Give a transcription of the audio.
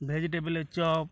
ভেজিটেবিলের chop